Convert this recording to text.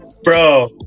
Bro